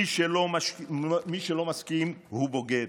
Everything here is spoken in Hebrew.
מי שלא מסכים הוא בוגד.